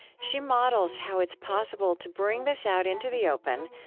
she models how it's possible to bring this out into the open,